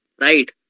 Right